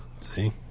See